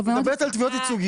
את מדברת על תביעות ייצוגיות.